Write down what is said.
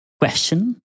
question